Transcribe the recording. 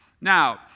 Now